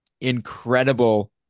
Incredible